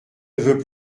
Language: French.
veux